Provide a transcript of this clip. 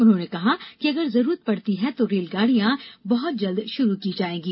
उन्होंने और कहा कि अगर जरूरत पडती है तो और रेलगाडियां बहत जल्द शुरू की जाएंगी